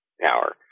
power